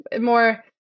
more